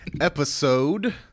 episode